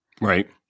right